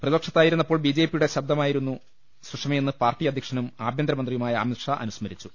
പ്രതിപക്ഷത്തായിരുന്നപ്പോൾ B J പിയുടെ ശക്തമായ ശബ്ദമായിരുന്നു സുഷ മയെന്ന് പാർട്ടി അധ്യക്ഷനും ആഭ്യന്തരമന്ത്രിയുമായ അമിത്ഷാ അനുസ്മരിച്ചു